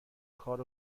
کار